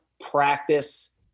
practice